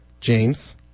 James